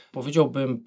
powiedziałbym